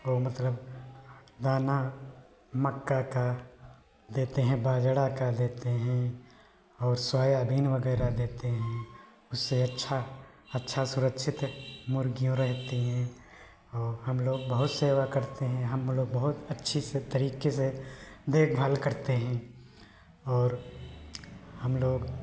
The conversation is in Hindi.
और मतलब दाना मक्का का देते हैं बाजरा का देते हैं और सोयाबीन वग़ैरह देते हैं इससे अच्छा अच्छा सुरक्षित मुर्गियाँ रहती हैं और हमलोग बहुत सेवा करते हैं हमलोग बहुत अच्छे तरीके से देखभाल करते हैं और हमलोग